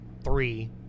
three